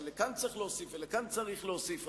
שלכאן צריך להוסיף ולכאן צריך להוסיף,